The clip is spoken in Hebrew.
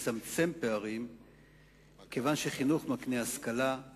לצערנו היא כנראה כבר עברה את מחצית המדרון החלקלק.